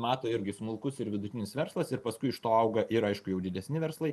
mato irgi smulkus ir vidutinis verslas ir paskui iš to auga ir aišku jau didesni verslai